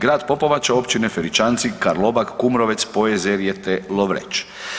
Grad Popovača, općine Feričanci, Karlobag, Kumrovec, Pojezerje te Lovreć.